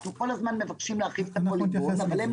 אנחנו כל הזמן מבקשים להרחיב את הפוליגון אבל הם